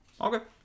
Okay